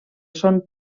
són